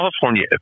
California